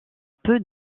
peu